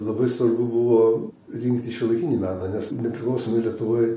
labai svarbu buvo rinkti šiuolaikinį meną nes nepriklausomoj lietuvoj